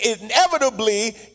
inevitably